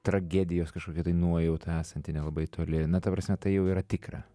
tragedijos kažkokia tai nuojauta esanti nelabai toli na ta prasme tai jau yra tikra